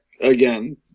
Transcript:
again